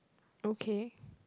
okay